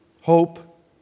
Hope